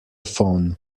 phone